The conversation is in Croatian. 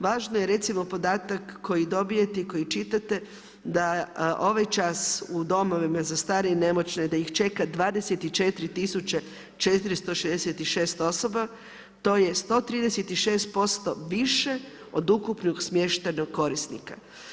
Važan je recimo podatak koji dobijete i koji čitate da ovaj čas u domovima za starije i nemoćne da ih čeka 24 tisuće 466 osoba, to je 136% više od ukupnog smještaja korisnika.